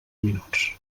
minuts